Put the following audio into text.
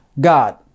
God